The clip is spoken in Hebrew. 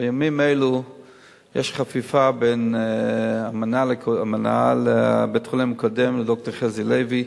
בימים אלו יש חפיפה בין מנהל בית-החולים הקודם לד"ר חזי לוי.